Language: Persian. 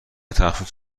تخفیف